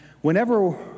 whenever